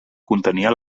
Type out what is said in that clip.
contenia